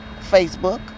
Facebook